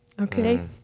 Okay